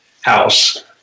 house